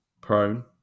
prone